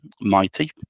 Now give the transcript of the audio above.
Mighty